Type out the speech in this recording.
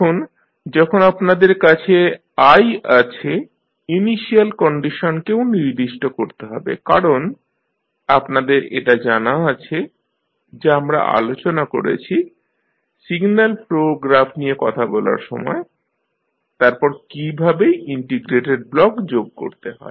এখন যখন আপনাদের কাছে i আছে ইনিশিয়াল কন্ডিশনকেও নির্দিষ্ট করতে হবে কারণ আপনাদের এটা জানা আছে যা আমরা আলোচনা করেছি সিগন্যাল ফ্লো গ্রাফ নিয়ে কথা বলার সময় তারপর কীভাবে ইন্টিগ্রেটেড ব্লক যোগ করতে হয়